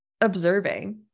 observing